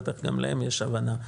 בטח גם להם יש הבנה.